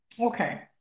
Okay